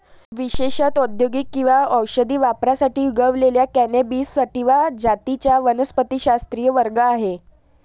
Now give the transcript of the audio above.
विशेषत औद्योगिक किंवा औषधी वापरासाठी उगवलेल्या कॅनॅबिस सॅटिवा जातींचा वनस्पतिशास्त्रीय वर्ग आहे